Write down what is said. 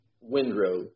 windrow